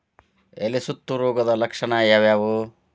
ಎಲೆ ಸುತ್ತು ರೋಗದ ಲಕ್ಷಣ ಯಾವ್ಯಾವ್?